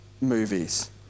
movies